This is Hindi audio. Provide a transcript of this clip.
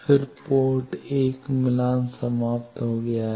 फिर पोर्ट 1 मिलान समाप्त हो गया है